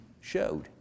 showed